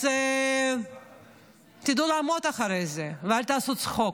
אז תדעו לעמוד מאחורי זה ואל תעשו צחוק,